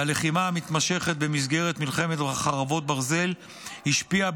והלחימה המתמשכת במסגרת מלחמת חרבות ברזל השפיעה